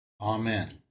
Amen